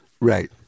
right